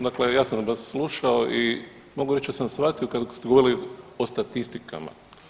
Dakle ja sam vas slušao i mogu reći da sam shvatio kada ste govorili o statistikama.